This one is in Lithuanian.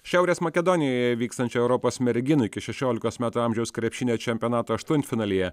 šiaurės makedonijoje vykstančio europos merginų iki šešiolikos metų amžiaus krepšinio čempionato aštuntfinalyje